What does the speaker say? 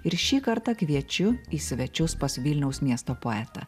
ir šį kartą kviečiu į svečius pas vilniaus miesto poetą